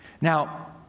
Now